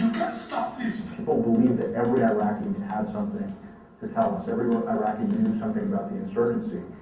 stop this. people believed that every iraqi had something to tell us. every iraqi knew something about the insurgency.